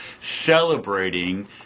celebrating